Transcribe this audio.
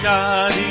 God